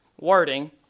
wording